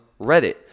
Reddit